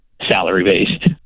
Salary-based